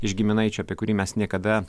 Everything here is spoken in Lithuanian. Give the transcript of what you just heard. iš giminaičio apie kurį mes niekada